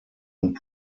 und